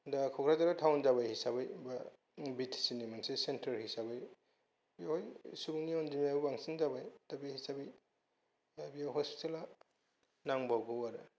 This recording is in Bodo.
दा क'क्राझारा टाउन जाबाय हिसाबै बा बिटिसि नि मोनसे सेनटार हिसाबै सुबुंनि अनजिमायाबो बांसिन जाबाय दा बे हिसाबै हस्पिटाला नांबावगौ आरो